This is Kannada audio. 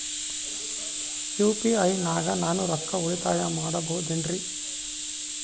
ಯು.ಪಿ.ಐ ನಾಗ ನಾನು ರೊಕ್ಕ ಉಳಿತಾಯ ಮಾಡಬಹುದೇನ್ರಿ?